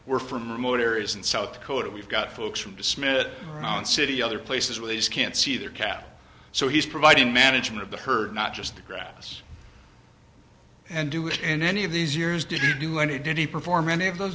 we're from remote areas in south dakota we've got folks from to smith on city other places where they just can't see their cap so he's providing management of the herd not just the grass and do it in any of these years did you do when he did he perform any of those